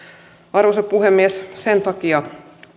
arvoisa puhemies sen takia